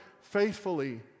faithfully